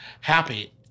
happy